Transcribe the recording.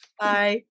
Bye